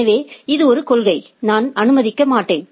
எனவே இது ஒரு கொள்கை நான் அனுமதிக்க மாட்டேன்